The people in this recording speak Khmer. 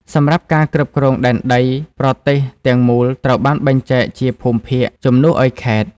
សម្រាប់ការគ្រប់គ្រងដែនដី ប្រទេសទាំងមូលត្រូវបានបែងចែកជា «ភូមិភាគ» ជំនួសឱ្យខេត្ត។